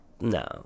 No